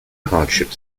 hardship